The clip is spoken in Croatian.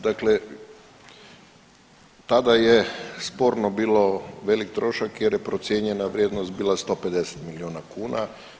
Dakle, tada je sporno bilo velik trošak jer je procijenjena vrijednost bila 150 milijuna kuna.